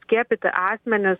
skiepyti asmenys